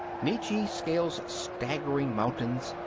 nietzsche scales staggering mountains,